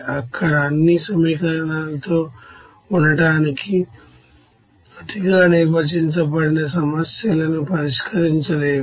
అక్కడ అన్ని ఈక్వేషన్ తో ఉండటానికి అతిగా నిర్వచించబడిన సమస్యలను పరిష్కరించలేము